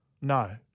no